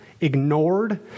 ignored